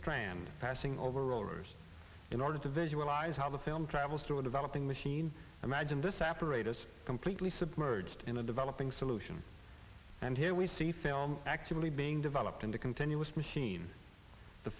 strand passing over rollers in order to visualize how the film travels to a developing machine imagine this apparatus completely submerged in a developing solution and here we see film actively being developed in the continuous machine the